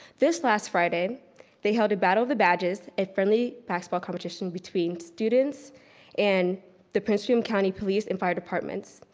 this last friday they held battle of the badges, a friendly basketball competition between students and the prince william county police and fire departments.